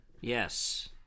Yes